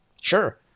Sure